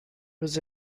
was